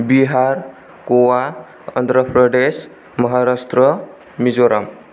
बिहार ग'वा आन्ध्रा प्रदेश महाराष्ट्र' मिज'राम